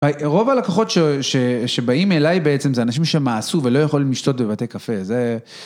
היי, רוב הלקוחות שבאים אליי בעצם זה אנשים שמעשו ולא יכולים לשתות בבתי קפה, זה